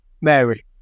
Mary